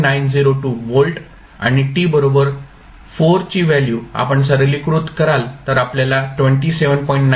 902 volt आणि t बरोबर 4 ची व्हॅल्यू आपण सरलीकृत कराल तर आपल्याला 27